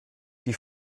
die